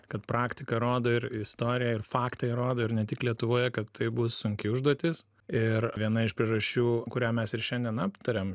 kad praktika rodo ir istorija ir faktai rodo ir ne tik lietuvoje kad tai bus sunki užduotis ir viena iš priežasčių kurią mes ir šiandien aptarėm